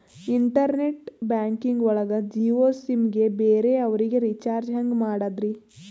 Internet banking ಒಳಗ Jio sim ಗೆ ಬೇರೆ ಅವರಿಗೆ ರೀಚಾರ್ಜ್ ಹೆಂಗ್ ಮಾಡಿದ್ರಿ?